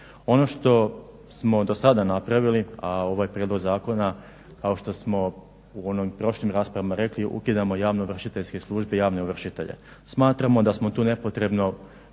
Ono što smo do sada napravili, a ovaj prijedlog zakona kao što smo u onim prošlim raspravama rekli ukidamo javno ovršiteljske službe i javne ovršitelje. Smatramo da smo tu nepotrebno